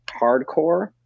hardcore